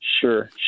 sure